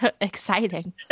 exciting